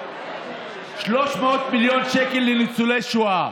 300 מיליון שקל לניצולי שואה,